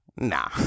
Nah